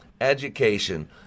education